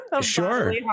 Sure